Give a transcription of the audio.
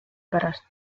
pärast